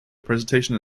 presentation